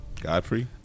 Godfrey